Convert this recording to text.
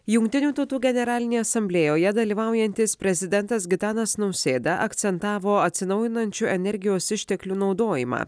jungtinių tautų generalinėje asamblėjoje dalyvaujantis prezidentas gitanas nausėda akcentavo atsinaujinančių energijos išteklių naudojimą